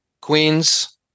queens